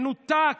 מנותק,